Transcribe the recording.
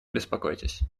беспокойтесь